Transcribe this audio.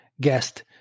guest